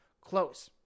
close